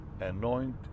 Anoint